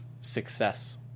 success